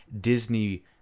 disney